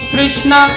Krishna